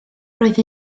roedd